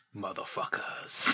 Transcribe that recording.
Motherfuckers